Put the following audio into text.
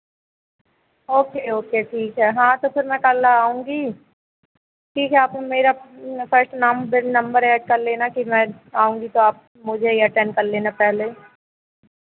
okay okay ठीक है हाँ तो फिर मैं कल आऊँगी ठीक है आप मेरा फ़स्ट नाम नंबर ऐड कर लेना कि मैं आऊँगी तो आप मुझे ही अटेंड कर लेना पहले